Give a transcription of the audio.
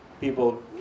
people